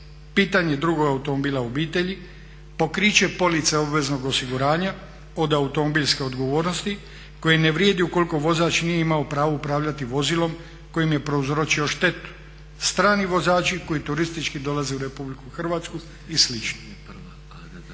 Pitanje drugog automobila u obitelji, pokriće police obveznog osiguranja od automobilske odgovornosti koje ne vrijedi ukoliko vozač nije imao pravo upravljati vozilom kojim je prouzročio štetu, strani vozači koji turistički dolaze u Republiku Hrvatsku i